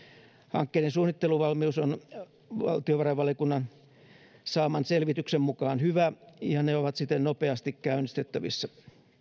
hankkeiden suunnitteluvalmius on valtiovarainvaliokunnan saaman selvityksen mukaan hyvä ja ne ovat siten nopeasti käynnistettävissä